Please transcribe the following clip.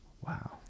Wow